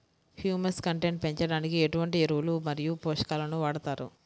Humus content పెంచడానికి ఎటువంటి ఎరువులు మరియు పోషకాలను వాడతారు?